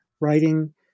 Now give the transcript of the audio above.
writing